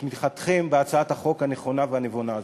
תמיכתכם בהצעת החוק הנכונה והנבונה הזאת.